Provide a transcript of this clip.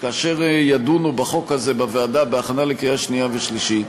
שכאשר ידונו בחוק הזה בוועדה להכנה לקריאה שנייה ושלישית,